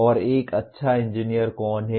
और एक अच्छा इंजीनियर कौन है